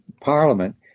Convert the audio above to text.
Parliament